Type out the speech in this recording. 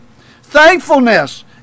thankfulness